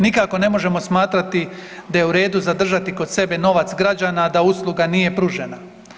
Nikako ne možemo smatrati da je u redu zadržati kod sebe novac građana, a da usluga nije pružena.